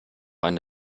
eine